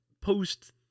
post